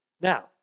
Now